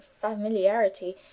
familiarity